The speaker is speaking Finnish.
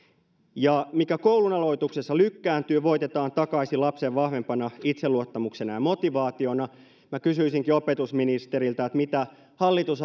se mikä koulunaloituksessa lykkääntyy voitetaan takaisin lapsen vahvempana itseluottamuksena ja motivaationa minä kysyisinkin opetusministeriltä mitä hallitus